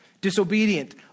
disobedient